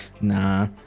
Nah